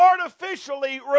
artificially